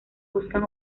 buscan